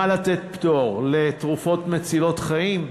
למה לתת פטור לתרופות מצילות חיים?